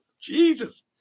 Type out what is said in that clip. jesus